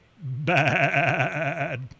bad